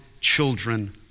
children